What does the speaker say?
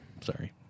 Sorry